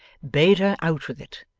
bade her out with it,